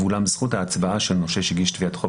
ואולם זכות ההצבעה של נושה שהגיש תביעת חוב